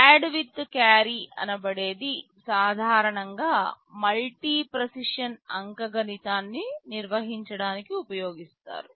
add with carry అనబడేది సాధారణంగా multi precision అంకగణితాన్ని నిర్వహించడానికి ఉపయోగిస్తారు